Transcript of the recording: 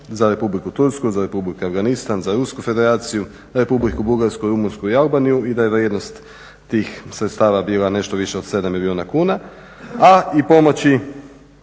za Republiku Tursku, za Republiku Afganistan, za Rusku Federaciju, Republiku Bugarsku, Rumunjsku i Albaniju i da je vrijednost tih sredstava bila nešto više od 7 milijuna kuna a i pomoći